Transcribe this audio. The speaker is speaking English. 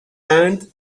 and